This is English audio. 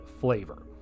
flavor